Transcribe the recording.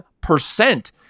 percent